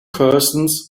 persons